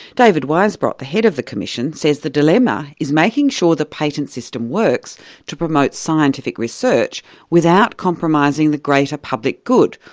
david weisbrot, the head of the commission, says the dilemma is making sure the patent system works to promote scientific research without compromising the greater public good,